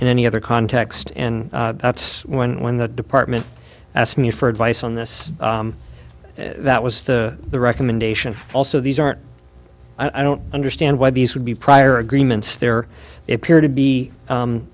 in any other context and that's when when the department asked me for advice on this that was the recommendation also these aren't i don't understand why these would be prior agreements there appear to be